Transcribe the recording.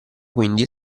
quindi